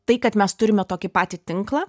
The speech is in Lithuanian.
tai kad mes turime tokį patį tinklą